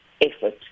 effort